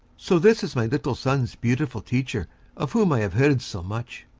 so this is my little son's beautiful teacher of whom i have heard so much,